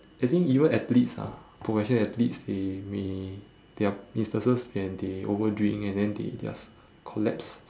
I think even athletes ah professional athletes they may there are instances when they overdrink and then they just collapse